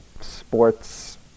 sports